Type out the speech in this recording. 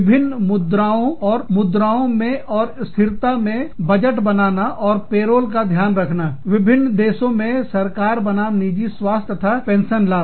विभिन्न मुद्राओं और मुद्राओं में और स्थिरता मे बजट बनाना और पेरोल का ध्यान रखना विभिन्न देशों में सरकार बनाम निजी स्वास्थ्य तथा पेंशन लाभ